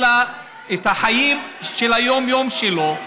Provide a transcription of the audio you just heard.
אלא לחיי היום-יום שלו.